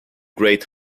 great